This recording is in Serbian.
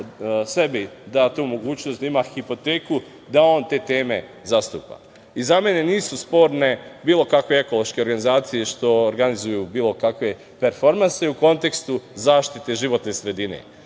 da sebi da tu mogućnost da ima hipoteku da on te teme zastupa.Za mene nisu sporne bilo kakve ekološke organizacije što organizuju bilo kakve performanse u kontekstu zaštite životne sredine,